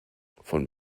von